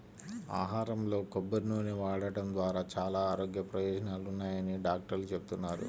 ఆహారంలో కొబ్బరి నూనె వాడటం ద్వారా చాలా ఆరోగ్య ప్రయోజనాలున్నాయని డాక్టర్లు చెబుతున్నారు